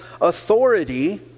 authority